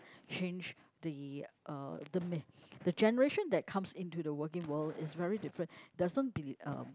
change the uh the man the generation that comes into the working world is very different doesn't be um